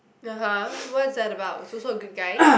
(uh huh) what's that about is also a good guy